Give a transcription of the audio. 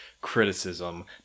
criticism